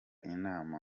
inama